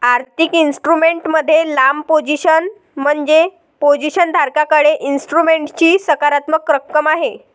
आर्थिक इन्स्ट्रुमेंट मध्ये लांब पोझिशन म्हणजे पोझिशन धारकाकडे इन्स्ट्रुमेंटची सकारात्मक रक्कम आहे